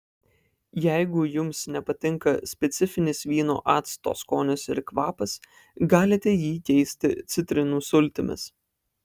jeigu jums nepatinka specifinis vyno acto skonis ir kvapas galite jį keisti citrinų sultimis